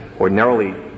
ordinarily